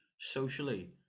socially